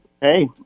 Hey